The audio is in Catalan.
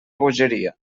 bogeria